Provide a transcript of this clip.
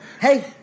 Hey